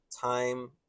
time